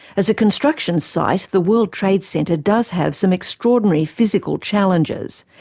as a construction site, the world trade center does have some extraordinary physical challenges.